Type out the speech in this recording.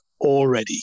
already